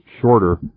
shorter